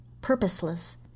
purposeless